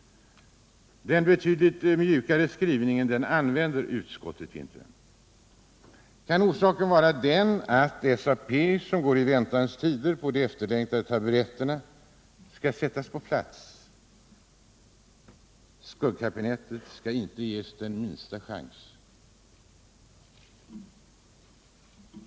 Den betydligt mjukare skrivningen används inte. Kan orsaken vara den att SAP, som går i väntans tider — i väntan på de efterlängtade taburetterna — skall sättas på plats? Skuggkabinettet skall inte ges den minsta chans.